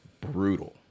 brutal